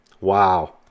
Wow